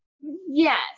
Yes